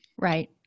Right